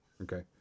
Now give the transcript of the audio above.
Okay